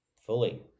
Fully